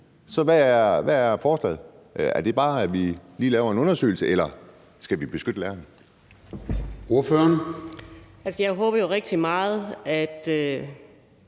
hvad foreslår man så? Er det bare, at vi lige laver en undersøgelse, eller skal vi beskytte lærerne?